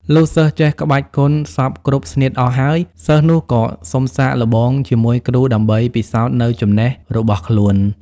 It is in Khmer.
លុះសិស្សចេះក្បាច់គុនសព្វគ្រប់ស្នៀតអស់ហើយ សិស្សនោះក៏សុំសាកល្បងជាមួយគ្រូដើម្បីពិសោធនូវចំណេះរបស់ខ្លួន ។